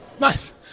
Nice